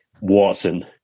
Watson